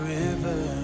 river